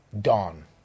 dawn